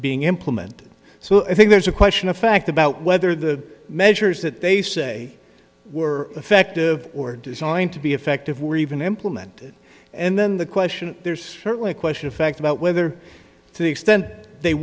being implemented so i think there's a question of fact about whether the measures that they say were effective or designed to be effective were even implemented and then the question there's certainly a question of fact about whether to the extent they